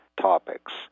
topics